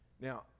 Now